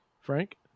Frank